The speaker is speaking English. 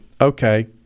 okay